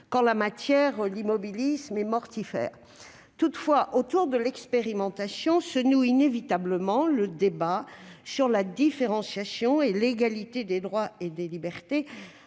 -qu'en la matière l'immobilisme est mortifère. Autour de l'expérimentation se noue inévitablement le débat sur la différenciation et l'égalité des droits et des libertés,